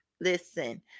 Listen